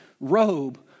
robe